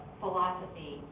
philosophy